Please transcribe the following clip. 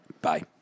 bye